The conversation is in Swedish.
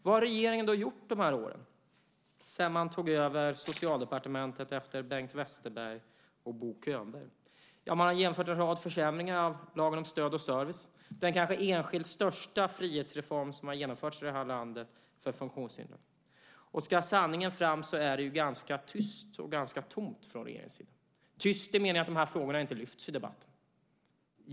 Vad har regeringen gjort under åren sedan man tog över Socialdepartementet efter Bengt Westerberg och Bo Könberg? Man har genomfört en rad försämringar av lagen om stöd och service. Den är den kanske enskilt största frihetsreform som har genomförts i det här landet för funktionshindrade. Ska sanningen fram är det ganska tyst och tomt från regeringens sida. Det är tyst i meningen att frågorna inte lyfts fram i debatten.